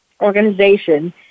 organization